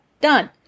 Done